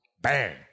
Bang